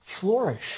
flourish